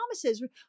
promises